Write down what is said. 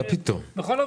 מה פתאום?